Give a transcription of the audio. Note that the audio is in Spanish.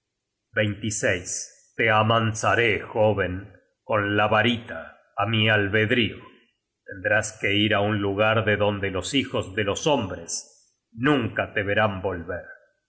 cobarde te amansaré joven con la varita á mi albedrio tendrás que ir á un lugar de donde los hijos de los hombres nunca te verán volver